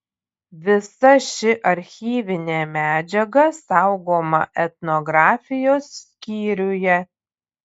visa ši archyvinė medžiaga saugoma etnografijos skyriuje